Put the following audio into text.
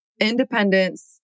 independence